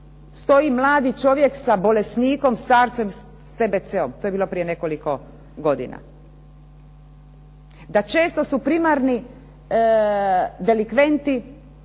stoji mladi čovjek sa bolesnikom starcem s TBC-om, to je bilo prije nekoliko godina, da često su primarni delikventi